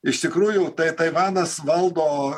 iš tikrųjų tai taivanas valdo